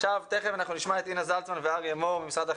עכשיו תיכף אנחנו נשמע את דינה זלצמן ואריה מור ממשרד החינוך,